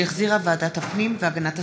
שהחזירה ועדת הפנים והגנת הסביבה.